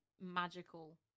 magical